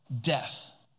death